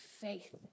faith